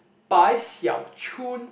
Bai-Xiao-Chun